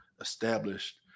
established